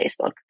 Facebook